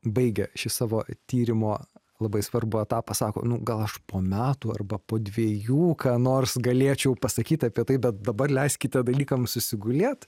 baigia šį savo tyrimo labai svarbų etapą sako nu gal aš po metų arba po dviejų ką nors galėčiau pasakyt apie tai bet dabar leiskite dalykam susigulėt